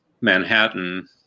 manhattan